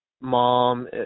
mom